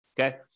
Okay